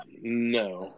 No